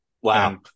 Wow